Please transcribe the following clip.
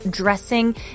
dressing